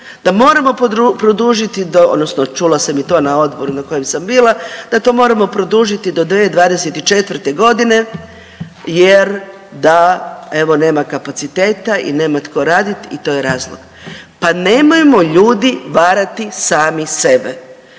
da moramo produžiti do odnosno čula sam to na odborima na kojima sam bila da to moramo produžiti do 2024.g. jer da evo nema kapaciteta i nema tko radit i to je razlog. Pa nemojmo ljudi varati sami sebe.